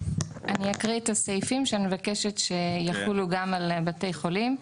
אני אקריא את הסעיפים שאני מבקשת שיחולו גם על בתי חולים.